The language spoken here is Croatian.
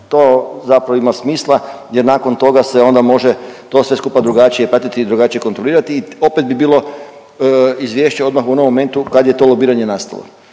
To zapravo ima smisla jer nakon toga se onda može to sve skupa drugačije pratiti i drugačije kontrolirati i opet bi bilo izvješće odmah u onom momentu kad je to lobiranje nastalo.